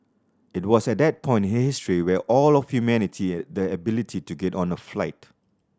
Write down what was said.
it was at that point history where all of humanity the ability to get on a flight